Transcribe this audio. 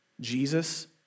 Jesus